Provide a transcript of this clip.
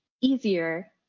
easier